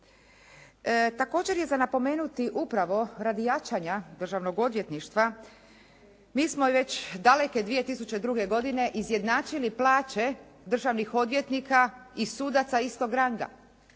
Također je za napomenuti upravo radi jačanja državnog odvjetništva mi smo već daleke 2002. godine izjednačili plaće državnih odvjetnika i sudaca istog ranga.